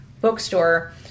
bookstore